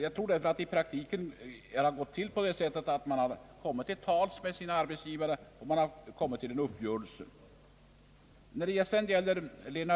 Jag tror därför att det i praktiken har gått till på det sättet, att de har kommit till tals med sin ar betsgivare och kommit till uppgörelser även när det gäller pensionärerna.